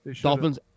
Dolphins